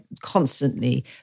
constantly